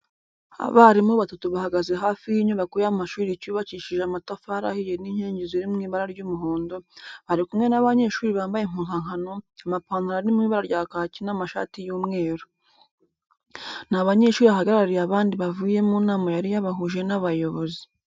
Abarimu batatu bahagaze hafi y'inyubako y'amashuri cyubakishije amatafari ahiye n'inkingi ziri mu ibara ry'umuhondo, bari kumwe n'abanyeshuri bambaye impuzankano, amapantaro ari mu ibara rya kaki n'amashati y'umweru. Ni abanyeshuri bahagarariye abandi bavuye mu nama yari yabahuje n'abayobozi.